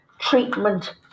treatment